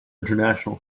international